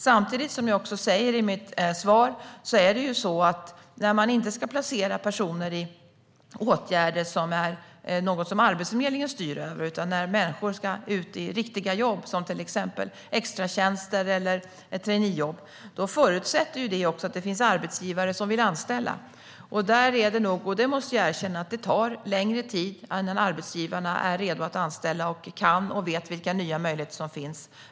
Samtidigt, som jag också säger i mitt svar: När man inte ska placera personer i åtgärder som är sådana som Arbetsförmedlingen styr över utan när människor ska ut i riktiga jobb, till exempel extratjänster eller traineejobb, förutsätter det att det finns arbetsgivare som vill anställa. Jag måste erkänna att detta tar längre tid, innan arbetsgivarna är redo att anställa, innan de kan det här och innan de vet vilka nya möjligheter som finns.